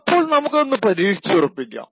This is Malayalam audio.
അപ്പോൾ നമുക്കതൊന്നു പരീക്ഷിച്ചുറപ്പിക്കാം